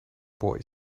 boy